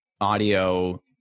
audio